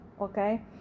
okay